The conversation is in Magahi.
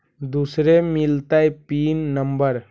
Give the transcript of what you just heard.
दुसरे मिलतै पिन नम्बर?